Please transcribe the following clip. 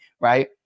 Right